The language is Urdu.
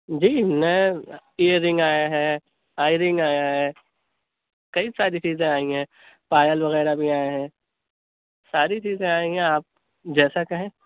جی نئے ایئر رنگ آیا ہے آئی رنگ آیا ہے کئی ساری چیزیں آئی ہیں پایل وغیرہ بھی آئے ہیں ساری چیزیں آئی ہیں آپ جیسا کہیں